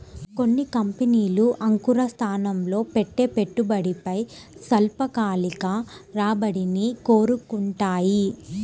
కొన్ని కంపెనీలు అంకుర సంస్థల్లో పెట్టే పెట్టుబడిపై స్వల్పకాలిక రాబడిని కోరుకుంటాయి